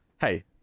hey